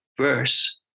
verse